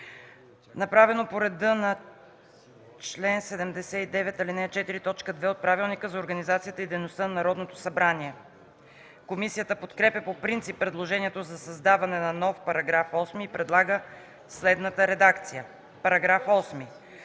направено по реда на чл. 79, ал. 4, т. 2 от Правилника за организацията и дейността на Народното събрание. Комисията подкрепя по принцип предложението за създаване на нов § 8 и предлага следната редакция: „§ 8.